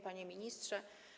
Panie Ministrze!